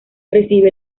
recibe